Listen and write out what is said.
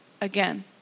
again